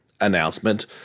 announcement